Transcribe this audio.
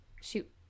shoot